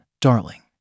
darling